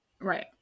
right